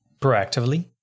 proactively